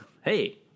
Hey